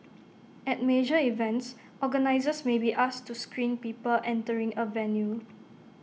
at major events organisers may be asked to screen people entering A venue